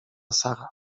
sara